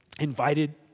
invited